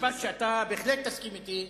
ומשפט שאתה בהחלט תסכים אתי,